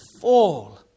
fall